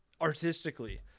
artistically